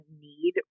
need